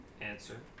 Answer